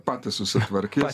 patys susitvarkys